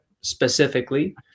specifically